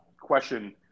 question